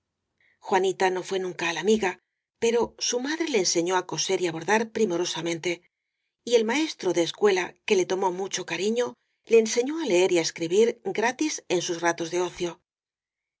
juanita no fué nunca á la miga pero su madre le enseñó á coser y á bordar primorosamente y el maestro de escuela que le tomó mucho cariño le enseñó á leer y á escribir gratis en sus ratos de ocio